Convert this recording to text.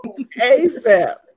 ASAP